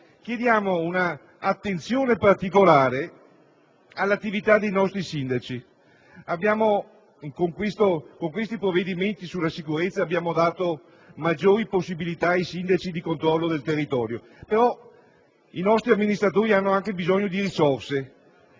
chiediamo un'attenzione particolare all'attività dei nostri sindaci. Con i provvedimenti sulla sicurezza abbiamo affidato ai sindaci maggiori possibilità di controllo del territorio; ma i nostri amministratori hanno anche bisogno di risorse,